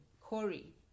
corey